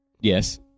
Yes